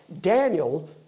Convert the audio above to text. Daniel